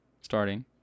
starting